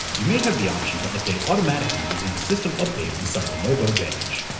you may have the option to update automatically using system update inside lenovo vantage.